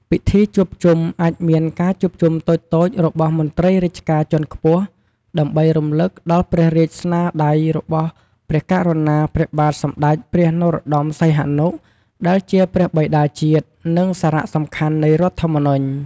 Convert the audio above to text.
ពិធីជួបជុំ អាចមានការជួបជុំតូចៗរបស់មន្ត្រីរាជការជាន់ខ្ពស់ ដើម្បីរំលឹកដល់ព្រះរាជស្នាដៃរបស់ព្រះករុណា ព្រះបាទសម្តេចព្រះនរោត្តម សីហនុ ដែលជាព្រះបិតាជាតិ និងសារៈសំខាន់នៃរដ្ឋធម្មនុញ្ញ។